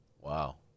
wow